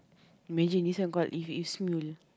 imagine this one got if if Smule